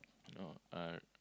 no uh